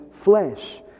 flesh